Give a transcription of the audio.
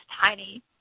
tiny